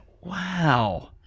Wow